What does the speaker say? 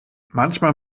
manchmal